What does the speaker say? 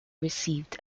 received